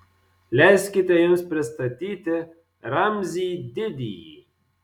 leiskite jums pristatyti ramzį didįjį